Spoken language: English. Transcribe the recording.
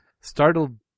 startled